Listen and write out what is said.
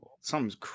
something's